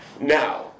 now